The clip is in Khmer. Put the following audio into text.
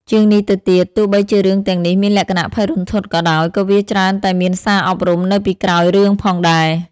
ជាងនេះទៅទៀត ទោះបីជារឿងទាំងនេះមានលក្ខណៈភ័យរន្ធត់ក៏ដោយ ក៏វាច្រើនតែមានសារអប់រំនៅពីក្រោយរឿងផងដែរ ។